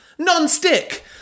non-stick